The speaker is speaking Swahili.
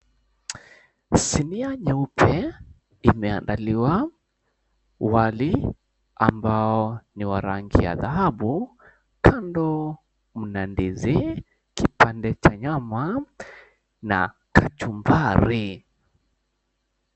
Sinia nyeupe imeandaliwa wali ambao ni wa rangi ya dhahabu. Kando mna ndizi, kipande cha nyama na kachumbari.